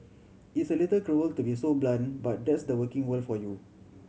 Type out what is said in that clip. it's a little cruel to be so blunt but that's the working world for you